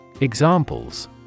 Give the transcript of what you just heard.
Examples